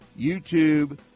YouTube